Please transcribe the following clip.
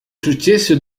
successo